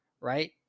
right